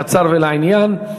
קצר ולעניין.